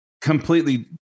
completely